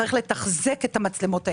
צריך לתחזק את המצלמות הללו.